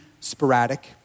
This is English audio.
sporadic